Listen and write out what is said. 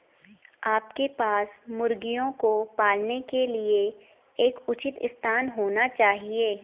आपके पास मुर्गियों को पालने के लिए एक उचित स्थान होना चाहिए